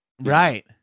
Right